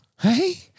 Hey